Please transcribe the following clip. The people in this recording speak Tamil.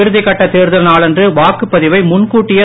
இறுதி கட்ட தேர்தல் நாளன்று வாக்குப்பதிவை முன்கூட்டியே